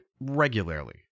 regularly